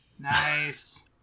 nice